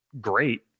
great